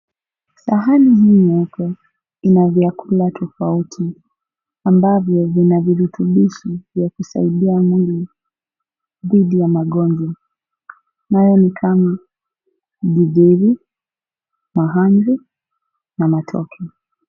Sahani hii lina vyakula tofauti ambavyo vina virutubishi vya kusaidia mwili dhidi ya magonjwa nayo ni kama githeri, mahamri, na matoke.